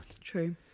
True